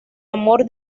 amor